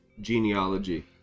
genealogy